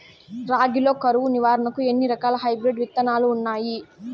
రాగి లో కరువు నివారణకు ఎన్ని రకాల హైబ్రిడ్ విత్తనాలు ఉన్నాయి